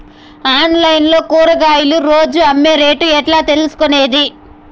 Online లో కూరగాయలు రోజు అమ్మే రేటు ఎట్లా తెలుసుకొనేది?